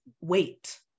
Wait